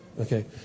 Okay